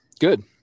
Good